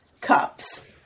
cups